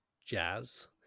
jazz